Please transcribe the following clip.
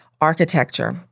architecture